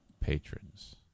Patrons